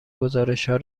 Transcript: گزارشهای